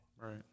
Right